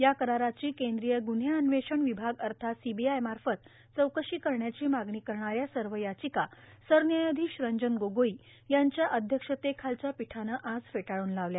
या कराराची कद्रीय गुन्हे अन्वेषण र्वभाग अथात सीबीआय माफत चौकशी करण्याची मागणी करणाऱ्या सव यार्ाचका सरन्यायाधीश रंजन गोगोई यांच्या अध्यक्षतेखालच्या पीठानं आज फेटाळून लावल्या